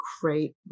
great